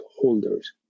holders